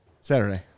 Saturday